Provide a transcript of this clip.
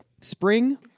spring